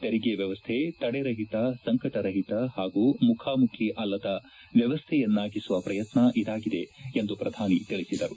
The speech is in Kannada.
ತೆರಿಗೆ ವ್ವವಸ್ಥೆ ತಡೆರಹಿತ ಸಂಕಟರಹಿತ ಹಾಗೂ ಮುಖಾಮುಖಿ ಅಲ್ಲದ ವ್ಯವಸ್ಥೆಯನ್ನಾಗಿಸುವ ಪ್ರಯತ್ನ ಇದಾಗಿದೆ ಎಂದು ಪ್ರಧಾನಿ ತಿಳಿಸಿದರು